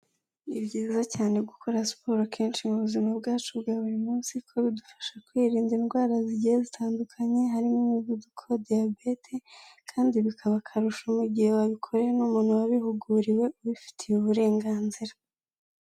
Ni byiza cyane gukora siporo kenshi mu buzima bwacu bwa buri munsi kuko bidufasha kwirinda indwara zigiye zitandukanye, harimo umuvuduko, diyabete kandi bikaba akarusho mu gihe wabikorewe n'umuntu wabihuguriwe ubifitiye uburenganzira.